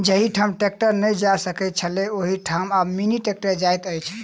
जाहि ठाम ट्रेक्टर नै जा सकैत छलै, ओहि ठाम आब मिनी ट्रेक्टर जाइत अछि